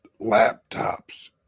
laptops